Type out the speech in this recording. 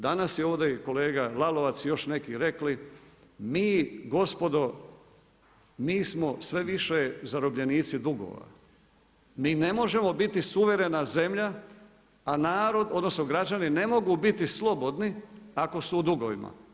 Danas je ovdje i kolega Lalovac i još neki rekli mi gospodo, mi smo sve više zarobljenici dugova, mi ne možemo biti suverena zemlja, a narod odnosno građani ne mogu biti slobodni ako su u dugovima.